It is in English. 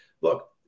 Look